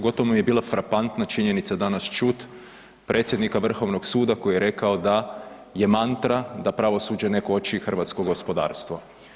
Gotovo, gotovo mi je bila frapantna činjenica danas čut predsjednika vrhovnog suda koji je rekao da je mantra da pravosuđe ne koči hrvatsko gospodarstvo.